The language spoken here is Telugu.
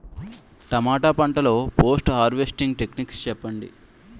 టమాటా పంట లొ పోస్ట్ హార్వెస్టింగ్ టెక్నిక్స్ చెప్పండి?